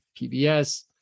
PBS